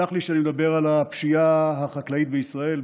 סלח לי שאני מדבר על הפשיעה החקלאית בישראל,